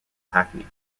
hackney